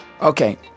Okay